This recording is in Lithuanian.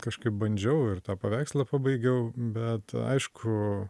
kažkaip bandžiau ir tą paveikslą pabaigiau bet aišku